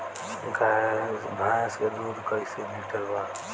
भैंस के दूध कईसे लीटर बा?